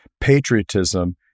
Patriotism